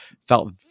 felt